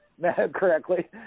correctly